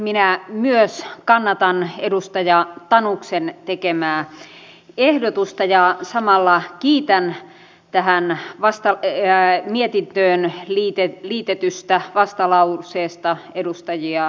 minä myös kannatan edustaja tanuksen tekemää ehdotusta ja samalla kiitän tähän mietintöön liitetystä vastalauseesta edustajia tanus ja keränen